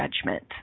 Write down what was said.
judgment